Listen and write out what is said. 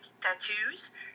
tattoos